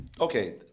okay